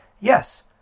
yes